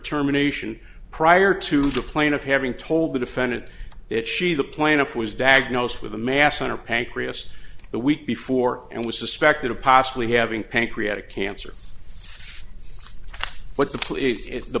terminations prior to the plaintiff having told the defendant that she the plaintiff was diagnosed with a mass on her pancreas the week before and was suspected of possibly having pancreatic cancer but the the